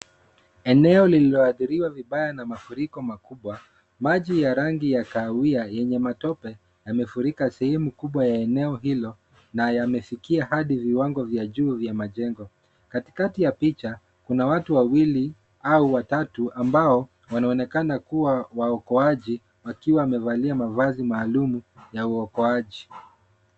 Eneo lilioadhiriwa vibaya na mafuriko makubwa, maji ya rangi ya kahawia yenye matope, yamefurika sehemu kubwa ya eneo hilo na yamefikia hadi viwango vya juu vya majengo. Katikati ya picha kuna watu wawili au watatu ambao wanaonekana kuwa waokoaji, wakiwa wamevalia mavazi maalum ya uokoaji.